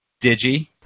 Digi